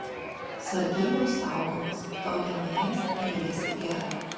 sargybos saugomas ptolemėjas elgėsi gerai